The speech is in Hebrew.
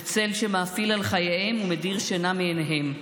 זה צל שמאפיל על חייהם ומדיר שינה מעיניהם,